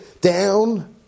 down